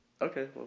Okay